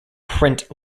print